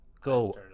Go